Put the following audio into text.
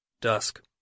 Dusk